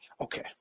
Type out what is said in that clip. Okay